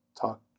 talk